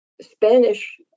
Spanish